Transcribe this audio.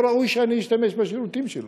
לא ראוי שאשתמש בשירותים שלו.